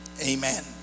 Amen